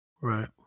Right